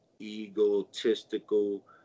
egotistical